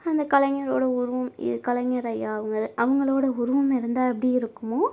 அந்தக் கலைஞரோட உருவம் கலைஞர் ஐயா அவங்க அவங்களோட உருவம் இருந்தால் எப்படி இருக்குமோ